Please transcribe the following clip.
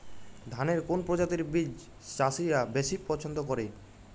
ধানের কোন প্রজাতির বীজ চাষীরা বেশি পচ্ছন্দ করে?